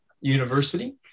University